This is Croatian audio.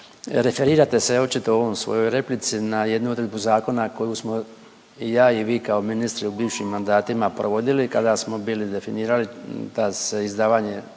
referirate se očito u ovoj svojoj replici na jednu odredbu zakona koju smo i ja i vi kao ministri u bivšim mandatima provodili kada smo bili definirali da se izdavanje